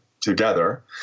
together